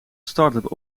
startup